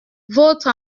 votre